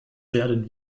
werden